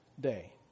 day